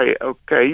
okay